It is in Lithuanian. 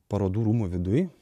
parodų rūmų viduj